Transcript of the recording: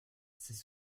c’est